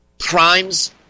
Crimes